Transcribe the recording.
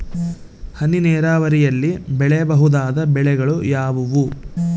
ಹನಿ ನೇರಾವರಿಯಲ್ಲಿ ಬೆಳೆಯಬಹುದಾದ ಬೆಳೆಗಳು ಯಾವುವು?